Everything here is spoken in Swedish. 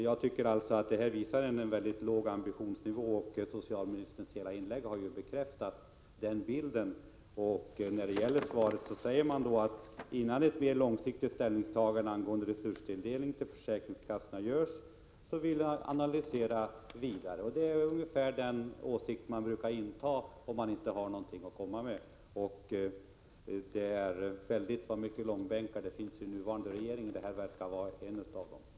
Jag tycker att den redogörelse som lämnats visar på en mycket låg ambitionsnivå. Socialministerns inlägg i debatten har bekräftat den bilden. I svaret sägs dessutom: ”Innan ett mer långsiktigt ställningstagande angående resurstilldelning till försäkringskassorna görs anser jag emellertid att en djupare analys erfordras.” Ungefär den åsikten brukar regeringen inta om den inte har någonting att — Prot. 1986/87:73 komma med. Det är väldigt vad mycket långbänkar det finns i den nuvarande = 17 februari 1987 regeringen! Det här verkar vara en av dem.